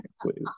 please